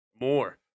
more